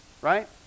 right